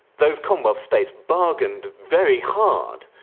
those commonwealth states bargained very hard.